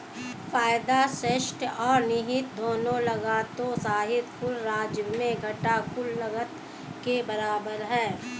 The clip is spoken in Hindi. फायदा स्पष्ट और निहित दोनों लागतों सहित कुल राजस्व घटा कुल लागत के बराबर है